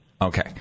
Okay